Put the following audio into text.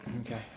Okay